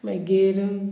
मागीर